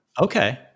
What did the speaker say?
Okay